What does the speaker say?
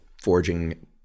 forging